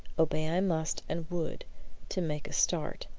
obey i must and would to make a start,